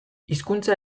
hizkuntza